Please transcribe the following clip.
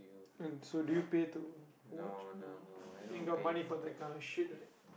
and so do you pay to watch no ain't got money for that kinda shit right